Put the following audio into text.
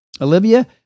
Olivia